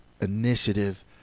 initiative